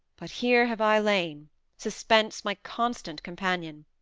but here have i lain suspense my constant companion.